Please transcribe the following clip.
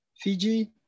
fiji